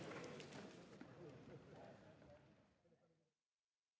Merci